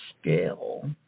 scale